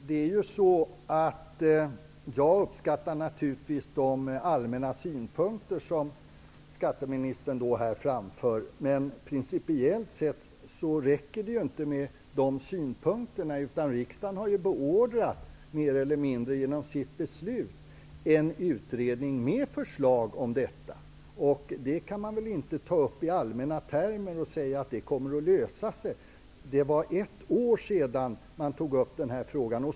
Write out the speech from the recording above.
Herr talman! Jag uppskattar naturligtvis de allmänna synpunkter som skatteministern har framfört här. Men principiellt sett räcker det inte med de synpunkterna. Riksdagen har genom sitt beslut mer eller mindre beordrat en utredning med förslag om detta. Det kan man väl inte ta upp i allmänna termer och bara säga att det kommer att lösa sig. Det var ett år sedan man tog upp den här frågan.